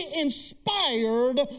inspired